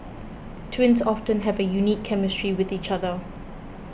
twins often have a unique chemistry with each other